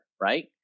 right